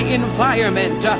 environment